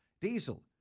Diesel